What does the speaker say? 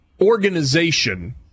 organization